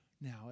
Now